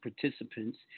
participants